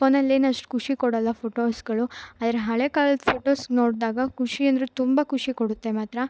ಫೋನಲೇನಷ್ಟು ಖುಷಿ ಕೊಡೋಲ್ಲ ಫೋಟೋಸ್ಗಳು ಆದರೆ ಹಳೇ ಕಾಲದ ಫೋಟೊಸ್ ನೋಡಿದಾಗ ಖುಷಿ ಅಂದರೆ ತುಂಬ ಖುಷಿ ಕೊಡುತ್ತೆ ಮಾತ್ರ